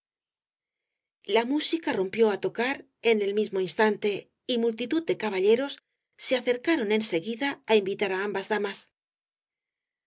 la música rompió á tocar en el mismo instante y multitud de caballeros se acercaron en seguida á invitar á ambas damas